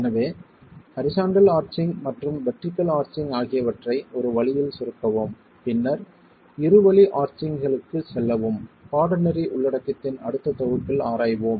எனவே horizontal arching மற்றும் vertical arching ஆகியவற்றை ஒரு வழியில் சுருக்கவும் பின்னர் இரு வழி ஆர்ச்சிங் களுக்குச் செல்லவும் பாடநெறி உள்ளடக்கத்தின் அடுத்த தொகுப்பில் ஆராய்வோம்